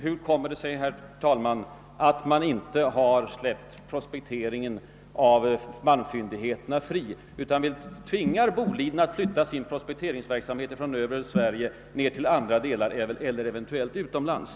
Hur kommer det sig bl.a., herr talman, att man inte har frisläppt prospektering av malmfyndigheter utan tvingar exempelvis Bolidens gruv AB att flytta sin prospekteringsverksamhet från övre Sverige till andra delar av Sverige eller eventuellt till utlandet?